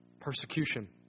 Persecution